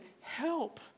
help